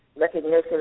recognition